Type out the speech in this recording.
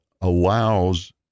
allows